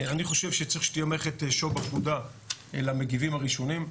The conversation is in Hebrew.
אני חושב שצריך שתהיה מערכת שו"ב בפקודה למגיבים הראשונים.